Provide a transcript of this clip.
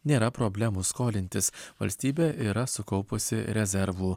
nėra problemų skolintis valstybė yra sukaupusi rezervų